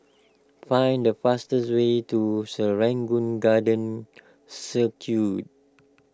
find the fastest way to Serangoon Garden Circus